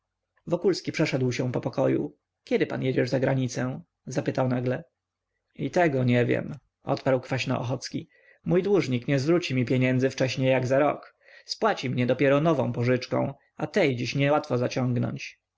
potrzeby wokulski przeszedł się po pokoju kiedy pan jedziesz za granicę nagle zapytał i tego nie wiem odparł kwaśno ochocki mój dłużnik nie zwróci mi pieniędzy wcześniej jak za rok spłaci mnie dopiero nową pożyczką a tej dziś niełatwo zaciągnąć